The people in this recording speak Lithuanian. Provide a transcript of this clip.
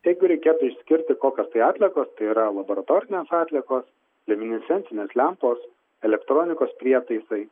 jeigu reikėtų išskirti kokios tai atliekos tai yra laboratorinės atliekos liuminescencinės lempos elektronikos prietaisai